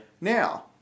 Now